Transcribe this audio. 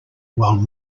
while